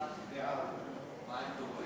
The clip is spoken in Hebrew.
136)